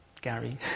Gary